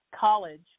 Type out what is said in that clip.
college